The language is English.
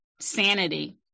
sanity